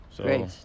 Great